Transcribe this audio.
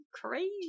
Crazy